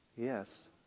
Yes